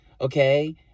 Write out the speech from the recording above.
okay